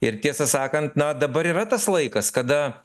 ir tiesą sakant na dabar yra tas laikas kada